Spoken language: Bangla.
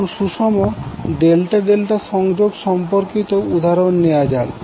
এখন সুষম ডেল্টা ডেল্টা সংযোগ সম্পর্কিত উদাহরন নেওয়া যাক